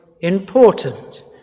important